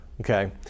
Okay